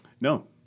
No